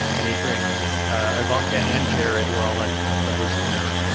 and he brings ivanka and jared were all at at the host dinner.